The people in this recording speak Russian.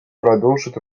продолжит